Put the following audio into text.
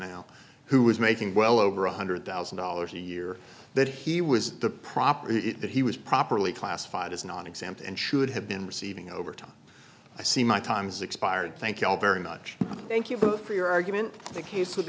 now who was making well over one hundred thousand dollars a year that he was the property that he was properly classified as nonexempt and should have been receiving overtime i see my time has expired thank you all very much thank you for your argument the case w